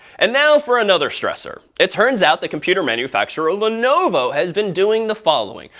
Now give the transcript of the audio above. and now for another stressor. it turns out the computer manufacturer lenovo has been doing the following.